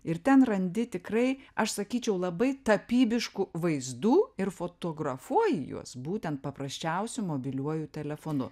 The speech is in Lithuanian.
ir ten randi tikrai aš sakyčiau labai tapybiškų vaizdų ir fotografuoji juos būtent paprasčiausiu mobiliuoju telefonu